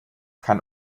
kann